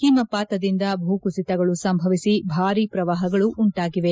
ಹಿಮಪಾತದಿಂದ ಭೂಕುಸಿತಗಳು ಸಂಭವಿಸಿ ಭಾರಿ ಪ್ರವಾಹಗಳು ಉಂಟಾಗಿವೆ